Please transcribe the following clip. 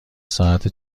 ساعت